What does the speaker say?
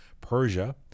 Persia